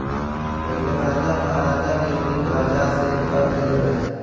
पहिले राजा महाराजा भी अपनी प्रजा से कर लेत रहे